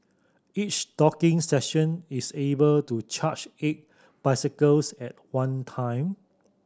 each docking station is able to charge eight bicycles at one time